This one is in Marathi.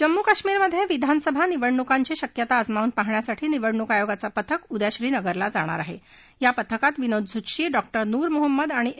जम्मू काश्मीरमध्याविधानसभा निवडणुकांची शक्यता अजमावून पाहण्यासाठी निवडणूक आयोगाचं पथक श्रीनगरला जाणार आहा आ पथकात विनोद झुत्शी डॉ नूर मोहम्मद आणि ए